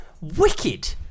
Wicked